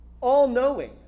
all-knowing